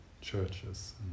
churches